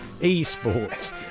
e-sports